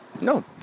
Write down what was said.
no